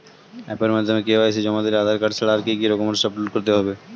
অ্যাপের মাধ্যমে কে.ওয়াই.সি জমা দিলে আধার কার্ড ছাড়া আর কি কি ডকুমেন্টস আপলোড করতে হবে?